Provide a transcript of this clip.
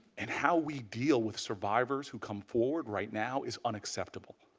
and how we deal with survivors who come forward right now, is unacceptable.